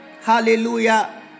Hallelujah